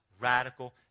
radical